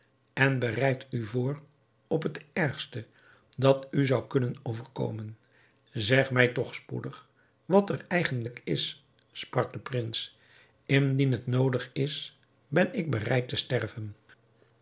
en bereidt u voor op het ergste dat u zou kunnen overkomen zeg mij toch spoedig wat er eigenlijk is sprak de prins indien het noodig is ben ik bereid te sterven